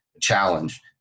challenge